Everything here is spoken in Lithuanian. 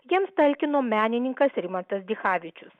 jiems talkino menininkas rimantas dichavičius